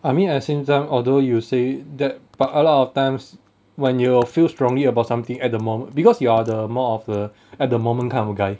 I mean like at the same time although you say that but a lot of times when you feel strongly about something at the mom~ because you are the more of the at the moment kind of guy